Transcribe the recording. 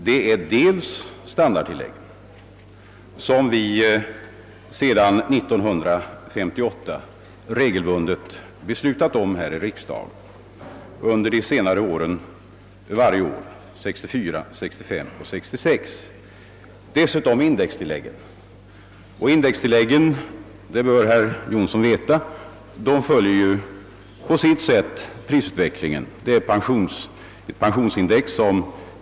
Det är standardtilläggen, som vi sedan 1958 regelbundet beslutat om här i riksdagen — under senare tid varje år: 1964, 1965 och 1966.